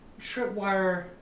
Tripwire